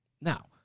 Now